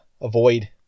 avoid